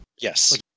Yes